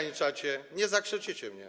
Nie zakrzyczycie mnie.